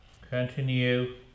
continue